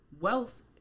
Wealth